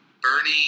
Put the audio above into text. bernie